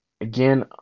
Again